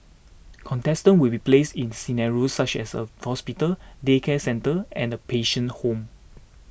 contestants will be placed in scenarios such as a hospital daycare centre and a patient's home